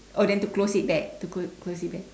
oh then to close it back to close close it back